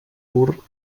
pur